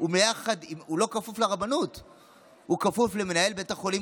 לא כפוף לרבנות, הוא כפוף למנהל בית החולים.